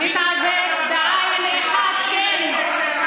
התעוור בעין אחת, כן.